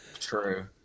True